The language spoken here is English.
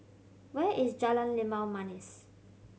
where is Jalan Limau Manis